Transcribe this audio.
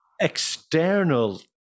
external